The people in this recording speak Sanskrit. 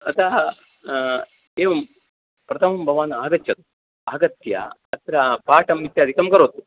अतः एवं प्रथमं भवान् आगच्छन्तु आगत्य अत्र पाठम् इत्यादिकं करोतु